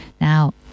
Now